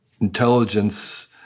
intelligence